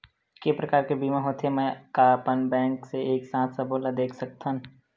के प्रकार के बीमा होथे मै का अपन बैंक से एक साथ सबो ला देख सकथन?